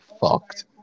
fucked